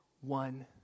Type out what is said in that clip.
one